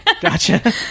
Gotcha